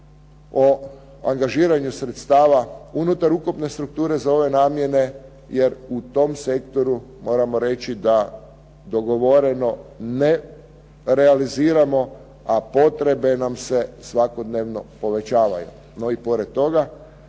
o angažiranju sredstava unutar ukupne strukture za ove namjene, jer u tom sektoru moramo reći da dogovoreno ne realiziramo, a potrebe nam se svakodnevno povećavaju. No i pored toga